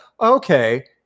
okay